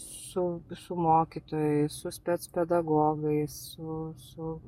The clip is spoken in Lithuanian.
su su mokytojais su spec pedagogais su su